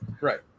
Right